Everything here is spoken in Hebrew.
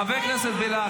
חבר כנסת בליאק,